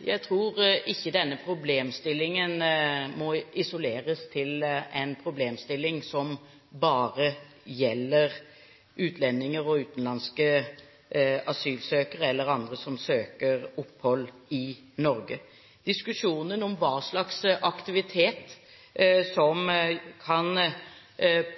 Jeg tror ikke dette må isoleres til en problemstilling som bare gjelder utenlandske asylsøkere eller andre utlendinger som søker om opphold i Norge. Diskusjonen om hva slags aktivitet som kan